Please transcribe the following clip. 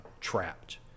trapped